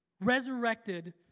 resurrected